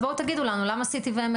אז בואו תגידו לנו למה CT ו-MRI,